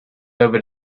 over